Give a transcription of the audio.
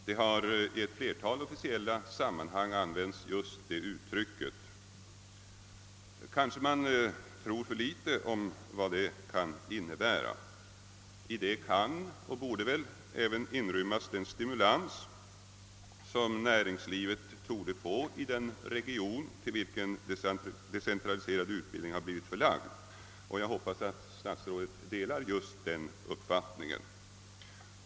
Just det uttrycket har använts i ett flertal officiella uttalanden. Kanske man tror för litet om vad det kan innebära. I det kan och borde väl även inrymmas den stimulans som näringslivet torde få i den region, till vilken decentraliserad utbildning har blivit förlagd. Jag hoppas att statsrådet delar den uppfattningen.